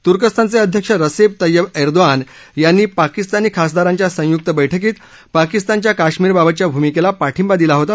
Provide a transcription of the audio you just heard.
त्र्कस्तानचे अध्यक्ष Recep Tayyip Erdogan यांनी पाकिस्तानी खासदारांच्या संय्क्त बैठकीत पाकिस्तानच्या काश्मीरबाबतच्या भूमिकेला पाठिंबा दिला होता